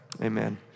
amen